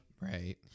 right